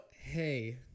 hey